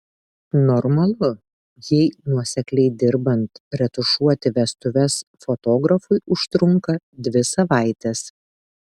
normalu jei nuosekliai dirbant retušuoti vestuves fotografui užtrunka dvi savaites